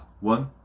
one